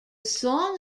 song